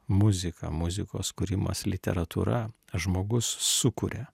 muzika muzikos kūrimas literatūra žmogus sukuria